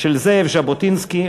של זאב ז'בוטינסקי,